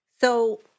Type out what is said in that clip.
So-